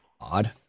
odd